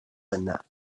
bynnag